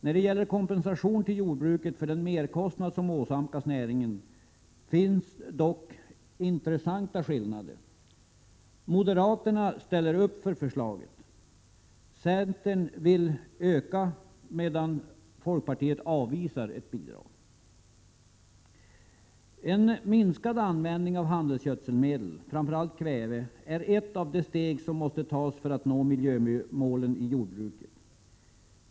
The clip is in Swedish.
När det gäller kompensation till jordbruket för den merkostnad som åsamkas näringen finns dock intressanta skillnader. Moderaterna ställer upp för förslaget. Centern vill öka bidraget, medan folkpartiet avvisar ett bidrag. En minskad användning av handelsgödselmedel, framför allt kväve, är ett av de steg som måste tas för att nå miljömålen i jordbruket.